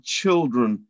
children